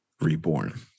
reborn